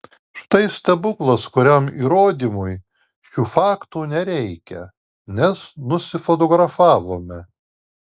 štai stebuklas kuriam įrodymui šių faktų nereikia nes nusifotografavome